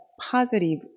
positive